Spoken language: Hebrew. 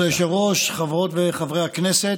כבוד היושב-ראש, חברות וחברי הכנסת,